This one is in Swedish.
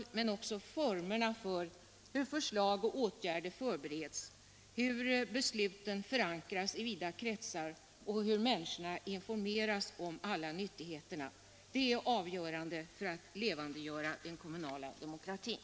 politiken men också formerna för hur förslag och åtgärder förbereds, hur besluten förankras i vida kretsar och hur människorna informeras om alla nyttigheter — det är avgörande för att levandegöra den kommunala demokratin.